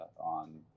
on